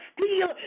steal